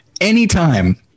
anytime